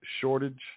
shortage